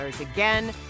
again